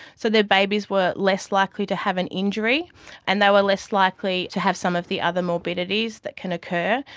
so their babies were less likely to have an injury and they were less likely to have some of the other morbidities that can occur.